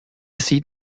sieht